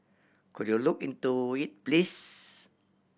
could you look into it please